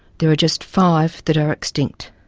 there are just five that are extinct.